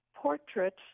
portraits